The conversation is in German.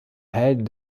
helden